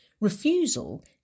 Refusal